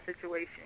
situation